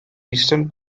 eastern